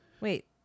Wait